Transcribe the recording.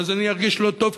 ואז אני ארגיש לא טוב,